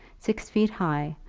six feet high,